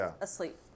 asleep